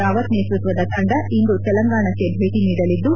ರಾವತ್ ನೇತೃತ್ವದ ತಂಡ ಇಂದು ತೆಲಂಗಾಣಕ್ಕೆ ಭೇಟಿ ನೀಡಲಿದ್ದು